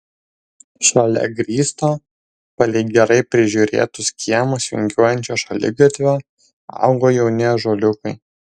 šalia grįsto palei gerai prižiūrėtus kiemus vingiuojančio šaligatvio augo jauni ąžuoliukai